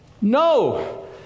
No